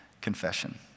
confession